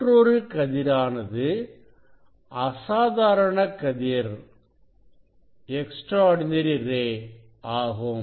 மற்றொரு கதிரானது அசாதாரண கதிர் ஆகும்